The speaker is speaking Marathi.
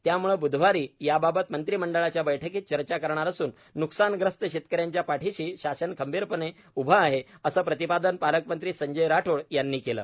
त्याम्ळे ब्धवारी याबाबत मंत्रीमंडळाच्या बैठकीत चर्चा करणार असून नुकसानग्रस्त शेतक यांच्या पाठीशी शासन खंबीरपणे उभे आहे असे प्रतिपादन पालकमंत्री संजय राठोड यांनी केले